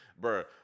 bruh-